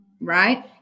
right